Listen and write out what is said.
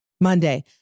Monday